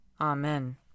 Amen